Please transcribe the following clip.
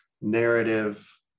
narrative